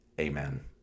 Amen